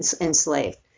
enslaved